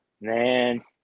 Man